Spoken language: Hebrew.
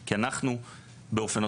כי אנחנו באופן אוטומטי,